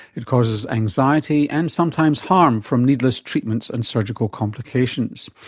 it causes anxiety and sometimes harm from needless treatments and surgical complications.